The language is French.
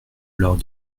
lors